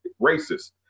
racist